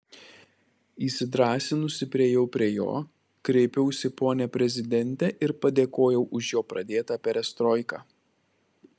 įsidrąsinusi priėjau prie jo kreipiausi pone prezidente ir padėkojau už jo pradėtą perestroiką